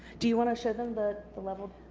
do you want to show them the the leveled